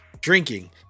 drinking